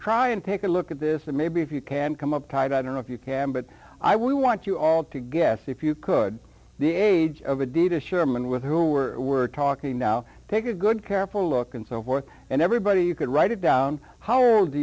try and take a look at this and maybe if you can come up tight i don't know if you can but i want you all to guess if you could the age of adidas chairman with who we're we're talking now take a good careful look and so forth and everybody you could write it down how do